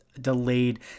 delayed